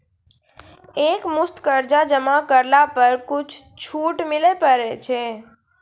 एक मुस्त कर्जा जमा करला पर कुछ छुट मिले पारे छै?